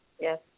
Yes